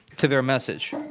to their message.